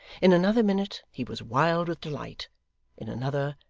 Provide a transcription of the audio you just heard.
in another minute, he was wild with delight in another,